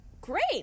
great